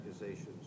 accusations